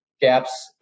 gaps